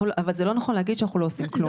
זה לא נכון להגיד שאנחנו לא עושים כלום.